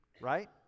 right